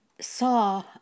saw